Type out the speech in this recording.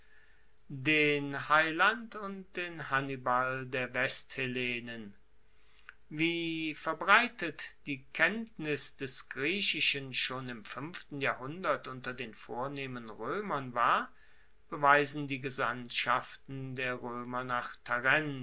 den heiland und den hannibal der westhellenen wie verbreitet die kenntnis des griechischen schon im fuenften jahrhundert unter den vornehmen roemern war beweisen die gesandtschaften der roemer nach